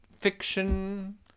fiction